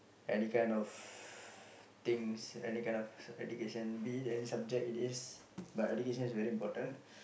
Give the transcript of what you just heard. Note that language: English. any kind of things any kind of education be it any subject it is but education is very important